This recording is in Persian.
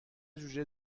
جوجه